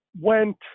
went